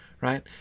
right